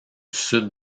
sud